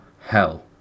Hell